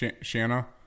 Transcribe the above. Shanna